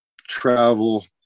travel